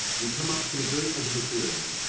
you come up to the very edge of the clearing.